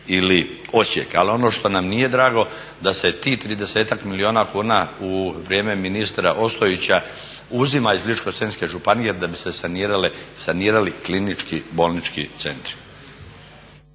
ili Osijek. Ali ono što nam nije drago da se tih 30-ak milijuna kuna u vrijeme ministra Ostojića uzima iz Ličko-senjske županije da bi se sanirali klinički bolnički centri.